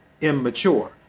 immature